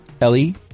Ellie